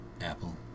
Apple